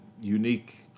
unique